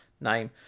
name